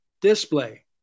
display